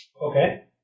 Okay